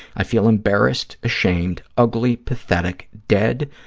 i feel embarrassed, ashamed, ugly, pathetic, dead,